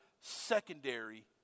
secondary